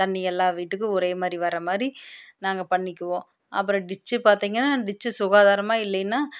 தண்ணி எல்லார் வீட்டுக்கும் ஒரே மாதிரி வர்ற மாதிரி நாங்கள் பண்ணிக்குவோம் அப்புறம் டிச்சு பார்த்திங்கன்னா டிச்சு சுகாதாரமாக இல்லைன்னா